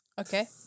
Okay